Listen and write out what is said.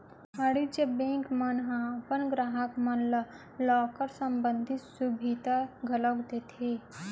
वाणिज्य बेंक मन ह अपन गराहक मन ल लॉकर संबंधी सुभीता घलौ देथे